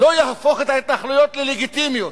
לא יהפוך את ההתנחלויות ללגיטימיות,